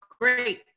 great